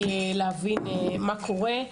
כדי להבין מה קורה.